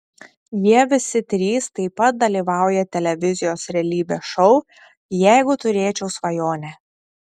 jie visi trys taip pat dalyvauja televizijos realybės šou jeigu turėčiau svajonę